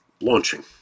launching